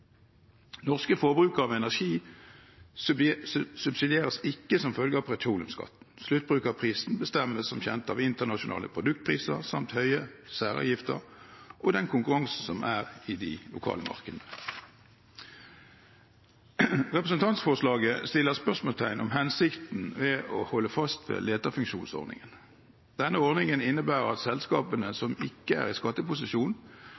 Norske forbrukere av energi subsidieres ikke som følge av petroleumsskatten. Sluttbrukerprisen bestemmes som kjent av internasjonale produktpriser, høye særavgifter og den konkurransen som er i de lokale markedene. Representantforslaget stiller spørsmål om hensikten ved å holde fast ved leterefusjonsordningen. Denne ordningen innebærer at